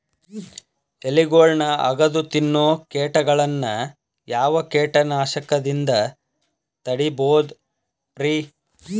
ಎಲಿಗೊಳ್ನ ಅಗದು ತಿನ್ನೋ ಕೇಟಗೊಳ್ನ ಯಾವ ಕೇಟನಾಶಕದಿಂದ ತಡಿಬೋದ್ ರಿ?